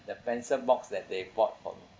the pencil box that they bought from